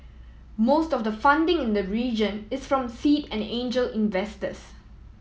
most of the funding in the region is from seed and angel investors